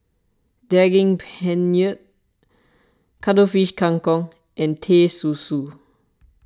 Daging Penyet Cuttlefish Kang Kong and Teh Susu